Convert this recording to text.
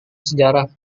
sejarah